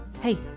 Hey